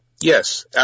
Yes